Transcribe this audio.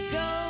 go